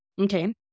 Okay